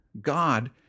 God